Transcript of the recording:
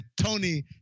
Tony